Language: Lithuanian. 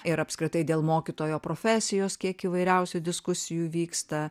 ir apskritai dėl mokytojo profesijos kiek įvairiausių diskusijų vyksta